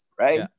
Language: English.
right